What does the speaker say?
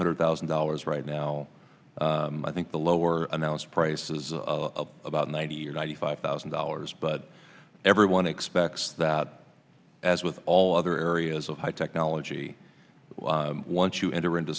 hundred thousand dollars right now i think the lower announced price about ninety or ninety five thousand dollars but everyone expects that as with all other areas of high technology once you enter into